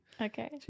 Okay